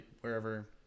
wherever